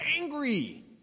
angry